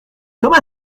comme